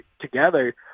together